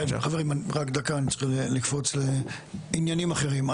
כן חברים רק דקה, אני צריך לקפוץ לעניינים אחרים.